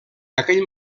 aquell